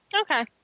Okay